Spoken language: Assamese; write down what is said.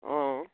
অঁ